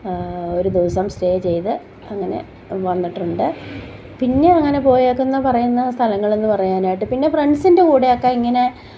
ഒരു ദിവസം സ്റ്റേ ചെയ്ത് അങ്ങനെ വന്നിട്ടുണ്ട് പിന്നെ അങ്ങനെ പോയേക്കുന്ന പറയുന്ന സ്ഥലങ്ങളെന്ന് പറയാനാട്ട് പിന്നെ ഫ്രണ്ട്സിൻ്റെ കൂടെയൊക്കെ ഇങ്ങനെ